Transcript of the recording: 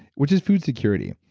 which is food security.